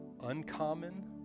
uncommon